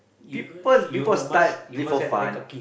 people before start before fun